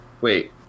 Wait